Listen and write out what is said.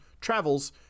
travels